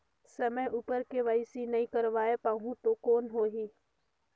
समय उपर के.वाई.सी नइ करवाय पाहुं तो कौन होही?